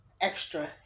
extra